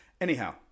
Anyhow